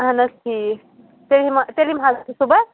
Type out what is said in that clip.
اَہَن حظ ٹھیٖک تیٚلہِ یِمہٕ تیٚلہِ یِمہٕ حظ بہٕ صُبَحس